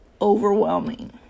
overwhelming